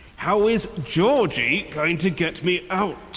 how is georgie going to get me out?